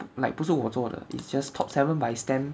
like 不是我做的 it's just top seven by stamp